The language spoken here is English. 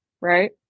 right